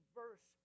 verse